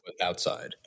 outside